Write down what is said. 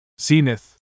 zenith